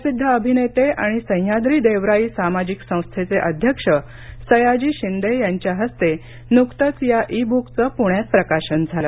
प्रसिद्ध अभिनेते आणि सह्याद्री देवराई सामाजिक संस्थेचे अध्यक्ष सयाजी शिंदे यांच्या हस्ते नुकतंच या ई ब्कचं प्ण्यात प्रकाशन झालं